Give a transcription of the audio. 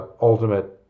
ultimate